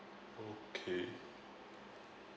okay